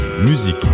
musique